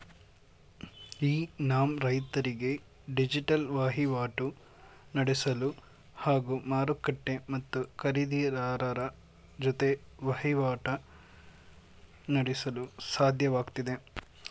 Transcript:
E NAM ರೈತರಿಗೆ digital ವಹಿವಾಟು ನಡೆಸಲು ಹಾಗೂ ಮಾರುಕಟ್ಟೆ ಮತ್ತು ಖರೀದಿರಾರರ ಜೊತೆ ವಹಿವಾಟು ನಡೆಸಲು ಸಾಧ್ಯವಾಗ್ತಿದೆ